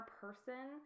person